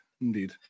indeed